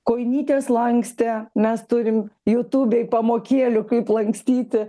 kojinytes lankstė mes turim jutubėj pamokėlių kaip lankstyti